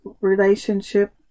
relationship